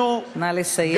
אנחנו, נא לסיים.